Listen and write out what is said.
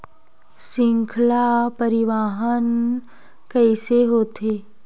श्रृंखला परिवाहन कइसे होथे?